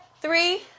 three